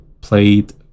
played